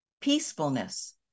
peacefulness